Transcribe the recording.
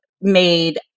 made